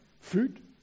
food